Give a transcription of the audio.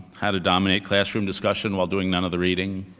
how to dominate classroom discussion while doing none of the reading.